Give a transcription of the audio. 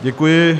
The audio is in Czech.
Děkuji.